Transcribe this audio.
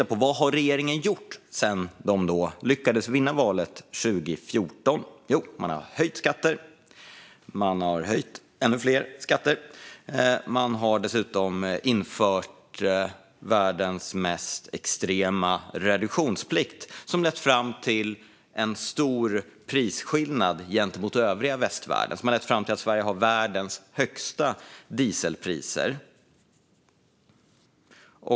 Vad har regeringen gjort sedan de lyckades vinna valet 2014? Jo, man har höjt skatter. Man har höjt ännu fler skatter, och man har dessutom infört världens mest extrema reduktionsplikt, som har lett fram till en stor prisskillnad gentemot övriga västvärlden. Det har lett fram till att Sverige har världens högsta dieselpriser.